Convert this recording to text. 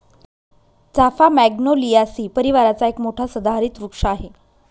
चाफा मॅग्नोलियासी परिवाराचा एक मोठा सदाहरित वृक्ष आहे